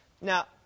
Now